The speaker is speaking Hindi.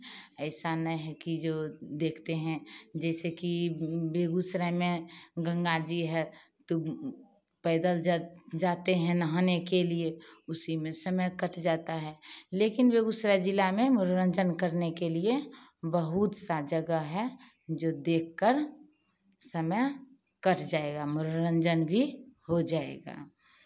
ऐसा नहीं है कि जो देखते हैं जैसे कि बेगूसराय में गंगा जी है तो पैदल ज जाते हैं नहाने के लिए उसी में समय कट जाता है लेकिन बेगूसराय जिला में मनोरंजन करने के लिए बहुत सा जगह है जो देखकर समय कट जाएगा मनोरंजन भी हो जाएगा